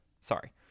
Sorry